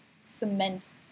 cement